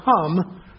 come